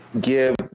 give